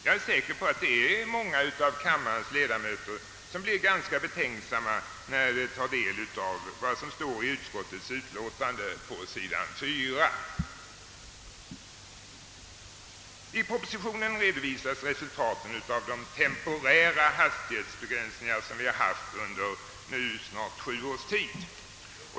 Jag är säker på att många av kammarens ledamöter blir ganska betänksamma när de tar del av vad som står på s. 4 i utskottets utlåtande. I propositionen redovisas resultaten av de temporära hastighetsbegränsningar vi haft under snart sju års tid.